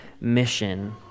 mission